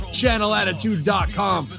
channelattitude.com